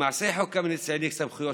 למעשה חוק קמיניץ העניק סמכויות